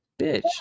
bitch